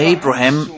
Abraham